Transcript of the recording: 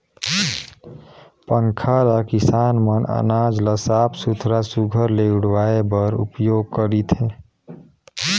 पंखा ल किसान मन अनाज ल साफ सुथरा सुग्घर ले उड़वाए बर उपियोग करथे